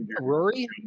Rory